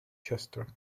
chester